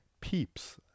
Peeps